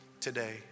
today